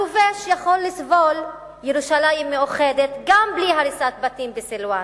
הכובש יכול לסבול ירושלים מאוחדת גם בלי הריסת בתים בסילואן.